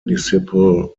municipal